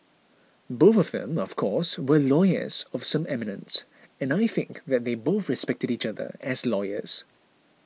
both of them of course were lawyers of some eminence and I think that they both respected each other as lawyers